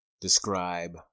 describe